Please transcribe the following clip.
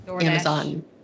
Amazon